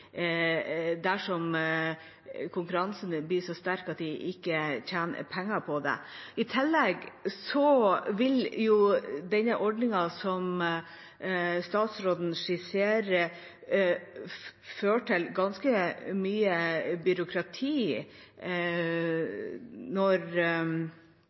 dersom konkurransen blir så sterk at de ikke tjener penger på det. I tillegg vil ordningen som statsråden skisserer, føre til ganske mye byråkrati